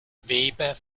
weber